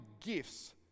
gifts